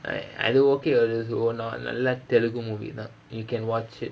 அது:athu okay ஒரு ஒன்னு நல்ல:oru onnu nalla telugu movie தா:thaa you can watch it